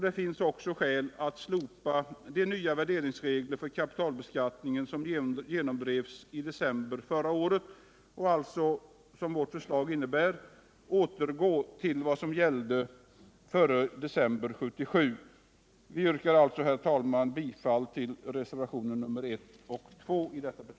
Det finns också skäl att slopa de nya värderingsregler för kapitalbeskattningen som genomdrevs i december förra året och alltså återgå till vad som gällde före december 1977.